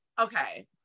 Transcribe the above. okay